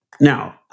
Now